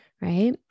right